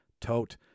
tote